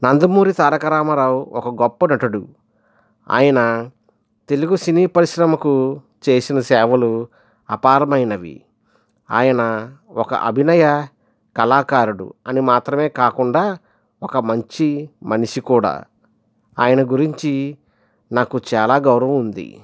నందమూరి తారక రామారావు ఒక గొప్ప నటుడు ఆయన తెలుగు సినీ పరిశ్రమకు చేసిన సేవలు అపారమైనవి ఆయన ఒక అభినయ కళాకారుడు అని మాత్రమే కాకుండా ఒక మంచి మనిషి కూడా ఆయన గురించి నాకు చాలా గౌరవం ఉంది